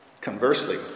Conversely